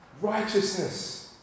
righteousness